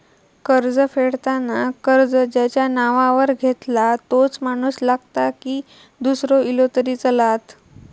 कर्ज फेडताना कर्ज ज्याच्या नावावर घेतला तोच माणूस लागता की दूसरो इलो तरी चलात?